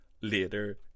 later